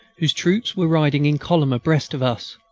whose troops were riding in column abreast of us.